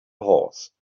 horse